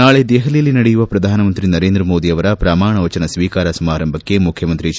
ನಾಳೆ ದೆಹಲಿಯಲ್ಲಿ ನಡೆಯುವ ಪ್ರಧಾನಮಂತ್ರಿ ನರೇಂದ್ರ ಮೋದಿ ಅವರ ಪ್ರಮಾಣವಚನ ಸ್ವೀಕಾರ ಸಮಾರಂಭಕ್ಕೆ ಮುಖ್ಯಮಂತ್ರಿ ಎಚ್